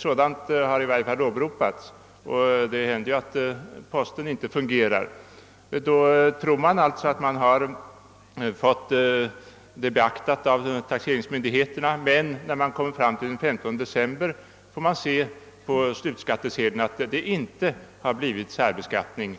Sådant har i varje fall åberopats, och det händer ju att posten inte fungerar. Då tror man alltså att taxeringsmyndigheterna har erforderliga uppgifter men den 15 december finner man på slutskattsedeln att det inte har blivit någon särbeskattning.